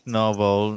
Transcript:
novel